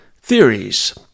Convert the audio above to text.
theories